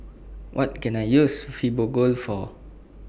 What Can I use Fibogel For